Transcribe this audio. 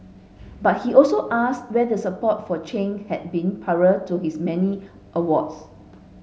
but he also asks where the support for Chen had been prior to his many awards